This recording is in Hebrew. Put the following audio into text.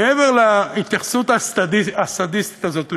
מעבר להתייחסות הסדיסטית הזאת לבני-אדם,